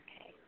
Okay